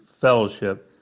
fellowship